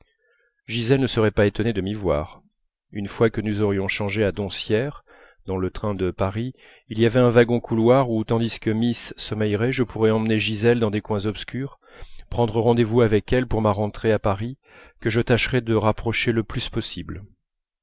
gisèle ne serait pas étonnée de m'y voir une fois que nous aurions changé à doncières dans le train de paris il y avait un wagon couloir où tandis que miss sommeillerait je pourrais emmener gisèle dans des coins obscurs prendre rendez-vous avec elle pour ma rentrée à paris que je tâcherais de rapprocher le plus possible